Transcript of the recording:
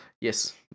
yes